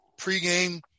pregame